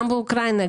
גם באוקראינה,